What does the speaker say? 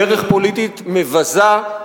דרך פוליטית מבזה.